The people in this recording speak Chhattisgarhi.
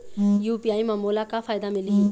यू.पी.आई म मोला का फायदा मिलही?